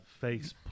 face